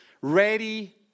ready